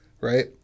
right